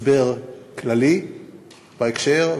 הסבר כללי בהקשר,